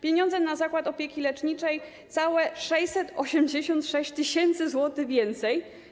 Pieniądze na zakłady opieki leczniczej - całe 686 tys. zł więcej.